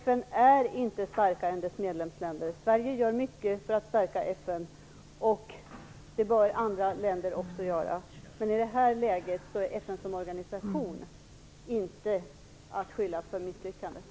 FN är inte starkare än dess medlemsländer. Sverige gör mycket för att stärka FN, och det bör andra länder också göra. Men i det här läget är FN som organisation inte att skylla för misslyckandet.